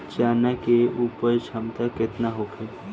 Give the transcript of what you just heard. चना के उपज क्षमता केतना होखे?